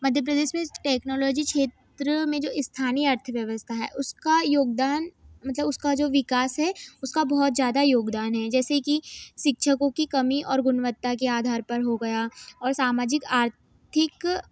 मध्य प्रदेश में टेक्नोलॉजी क्षेत्र में जो स्थानीय अर्थव्यवस्था है उसका योगदान मतलब उसका जो विकास है उसका बहुत ज्यादा योगदान है जैसे कि शिक्षकों की कमी और गुणवत्ता के आधार पर हो गया और सामाजिक आर्थिक